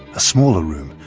a smaller room,